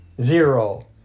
zero